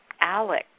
Alex